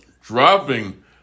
dropping